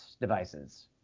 devices